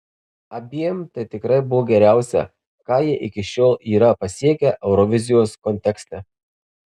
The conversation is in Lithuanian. abiem tai tikrai buvo geriausia ką jie iki šiol yra pasiekę eurovizijos kontekste